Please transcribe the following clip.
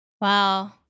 Wow